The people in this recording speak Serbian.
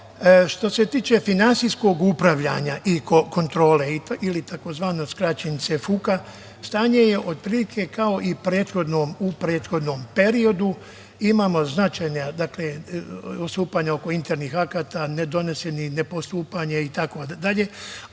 što se tiče finansijskog upravljanja kontrole ili takozvano skraćenica FUKA, stanje je otprilike kao i u prethodnom periodu, imamo značajna odstupanja oko internih akata ne doneseni ne postupanja itd.